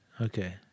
Okay